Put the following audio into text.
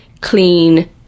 clean